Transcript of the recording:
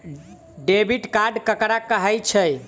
Debit card ककरा कहै छै?